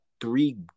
three